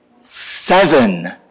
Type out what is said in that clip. seven